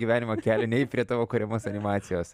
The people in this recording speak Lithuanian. gyvenimo kelio nei prie tavo kuriamos animacijos